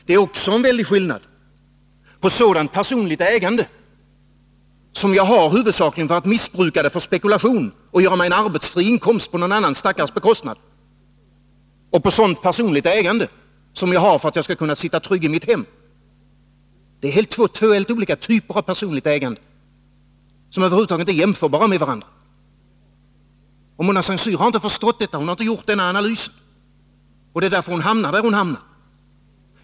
Det är också en väldig skillnad mellan sådant personligt ägande som jag har huvudsakligen för att missbruka det för spekulation och göra mig en arbetsfri inkomst på någon annan stackares bekostnad och sådant personligt ägande som jag har för att kunna sitta trygg i mitt hem. Det är två helt olika typer av personligt ägande som över huvud taget inte är jämförbara med varandra. Mona Saint Cyr har inte förstått detta. Hon har inte gjort den analysen, och det är därför hon hamnar där hon hamnar.